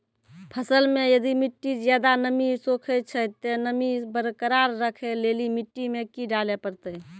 फसल मे यदि मिट्टी ज्यादा नमी सोखे छै ते नमी बरकरार रखे लेली मिट्टी मे की डाले परतै?